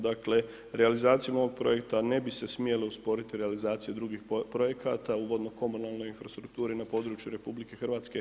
Dakle, realizacijom ovog projekta ne bi se smjele usporiti realizacije drugih projekata u vodno komunalnoj infrastrukturi na području RH.